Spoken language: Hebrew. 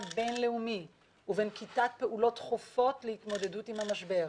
בין-לאומי ובנקיטת פעולות דחופות להתמודדות עם המשבר.